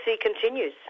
continues